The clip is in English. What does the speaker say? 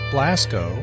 Blasco